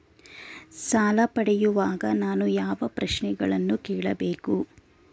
ಸಾಲ ಪಡೆಯುವಾಗ ನಾನು ಯಾವ ಪ್ರಶ್ನೆಗಳನ್ನು ಕೇಳಬೇಕು?